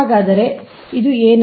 ಹಾಗಾದರೆ ಇದು ಏನು